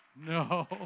no